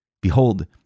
Behold